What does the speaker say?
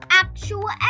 actual